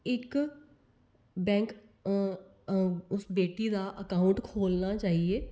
इक बैंक उस बेटी दा अकाउंट खोलना जाइयै